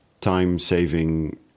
time-saving